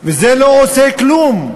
וזה לא עושה כלום,